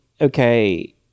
okay